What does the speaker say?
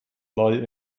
lie